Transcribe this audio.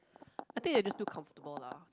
I think you're just too comfortable lah